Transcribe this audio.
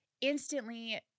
instantly